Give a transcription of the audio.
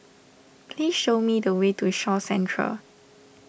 please show me the way to Shaw Centre